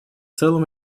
целым